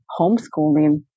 homeschooling